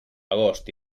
agost